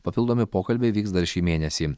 papildomi pokalbiai vyks dar šį mėnesį